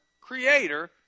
creator